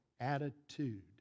attitude